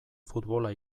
futbola